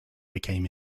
became